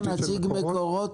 יש פה נציג מקורות?